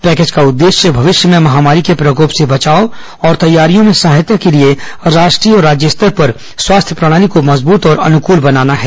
package का उद्देश्य भविष्य में महामारी के प्रकोप से बचाव और तैयारियों में सहायता के लिए राष्ट्रीय और राज्य स्तर पर स्वास्थ्य प्रणाली को मजबूत और अनुकल बनाना है